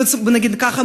בואו נגיד ככה,